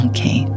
Okay